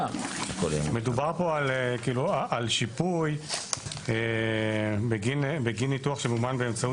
4. מדובר על שיפוי בגין ניתוח שמומן באמצעות